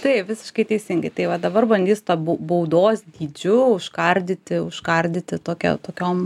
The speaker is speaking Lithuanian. tai visiškai teisingai tai va dabar bandys tą baudos dydžiu užkardyti užkardyti tokią tokiom